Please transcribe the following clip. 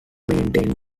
maintain